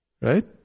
Right